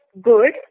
good